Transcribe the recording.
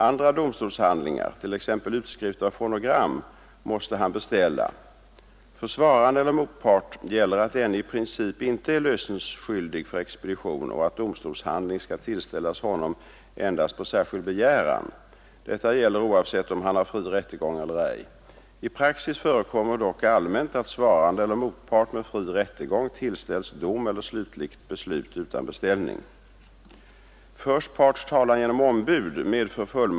Andra domstolshandlingar, t.ex. utskrift av fonogram, måste han beställa. För svarande eller motpart gäller att denne i princip inte är lösenskyldig för expedition och att domstolshandling skall tillställas honom endast på särskild begäran. Detta gäller oavsett om han har fri rättegång eller ej. I praxis förekommer dock allmänt att svarande eller motpart med fri rättegång tillställs dom eller slutligt beslut utan beställning.